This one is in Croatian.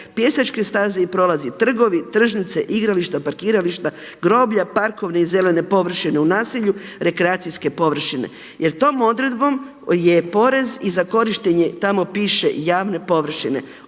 pješačke staze i prolazi, trgovi, tržnice, igrališta, parkirališta, groblja, parkovi i zelene površine u naselju, rekreacijske površine. Jer tom odredbom je porez i za korištenje tamo piše javne površine.